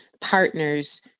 partners